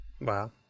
Wow